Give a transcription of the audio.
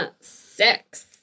six